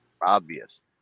Obvious